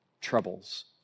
troubles